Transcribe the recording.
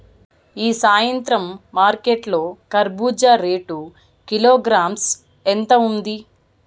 ఈ సాయంత్రం మార్కెట్ లో కర్బూజ రేటు కిలోగ్రామ్స్ ఎంత ఉంది?